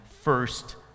first